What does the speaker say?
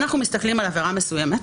אנחנו מסתכלים על עבירה מסוימת,